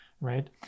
right